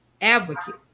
advocate